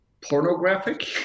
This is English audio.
pornographic